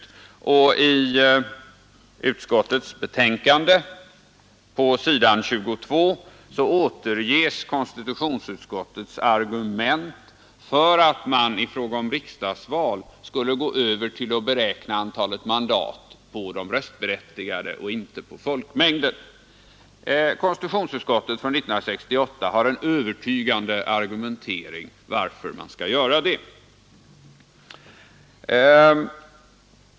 På s.22 i utskottets betänkande återges konstitutionsutskottets argument för att man i fråga om riksdagsval skulle gå över till att beräkna antalet mandat på de röstberättigade och inte på folkmängden. Konstitutionsutskottet hade 1968 en övertygande argumentering för att man skall göra det.